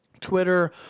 twitter